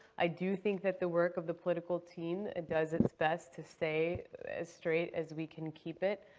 i do think that the work of the political team does its best to stay as straight as we can keep it.